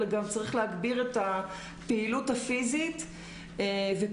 אלא גם צריך להגביר את הפעילות הפיזית ופעילויות